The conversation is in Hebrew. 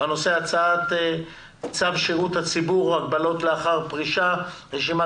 על סדר היום הצעת צו שירות הציבור (הגבלות לאחר פרישה) (רשימת